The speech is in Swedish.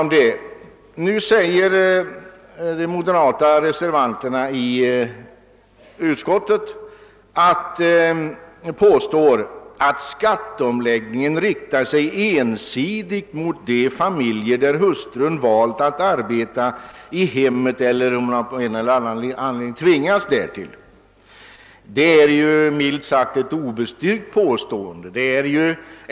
Moderata samlingspartiets reservanter i utskottet påstår nu att skatteomläggningen riktar sig ensidigt mot de familjer, där hustrun valt att arbeta i hemmet eller av någon anledning tvingas därtill. Det är minst sagt ett obestyrkt påstående.